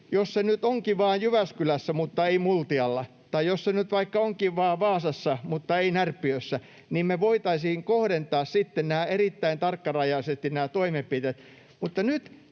jos se nyt onkin vain Jyväskylässä mutta ei Multialla tai jos se nyt vaikka onkin vain Vaasassa mutta ei Närpiössä, niin me voitaisiin kohdentaa sitten erittäin tarkkarajaisesti nämä toimenpiteet.